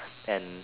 and